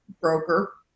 broker